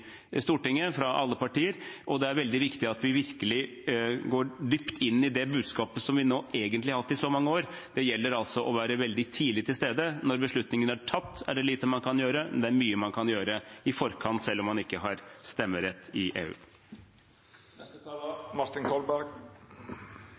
Stortinget, fra alle partier, og det er veldig viktig at vi virkelig går dypt inn i det budskapet, som vi egentlig har hatt i mange år. Det gjelder altså å være veldig tidlig til stede. Når beslutningene er tatt, er det lite man kan gjøre. Men det er mye man kan gjøre i forkant, selv om man ikke har stemmerett i